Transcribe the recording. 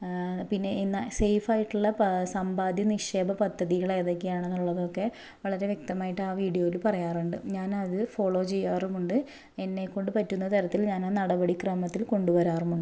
പിന്നെ ഇന്ന് സേഫായിട്ടുള്ള സമ്പാദ്യ നിക്ഷേപ പദ്ധതികൾ ഏതൊക്കെയാണെന്നുള്ളതൊക്കെ വളരെ വ്യക്തമായിട്ട് ആ വീഡിയോയിൽ പറയാറുണ്ട് ഞാനത് ഫോളോ ചെയ്യാറുമുണ്ട് എന്നെ കൊണ്ട് പറ്റുന്ന തരത്തിൽ ഞാൻ ആ നടപടി ക്രമത്തിൽ കൊണ്ട് വരാറുമുണ്ട്